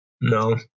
no